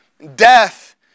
Death